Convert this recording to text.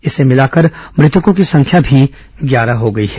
इसे मिलाकर मृतकों की संख्या भी ग्यारह हो गई है